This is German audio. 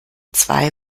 zwei